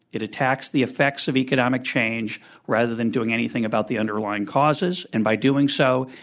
it attacks the effects of economic change rather than doing anything about the underlying causes. and by doing so,